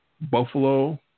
Buffalo